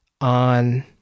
on